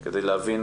כדי להבין